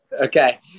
Okay